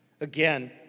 Again